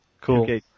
Cool